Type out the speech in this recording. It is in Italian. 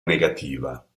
negativa